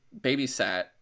babysat